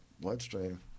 bloodstream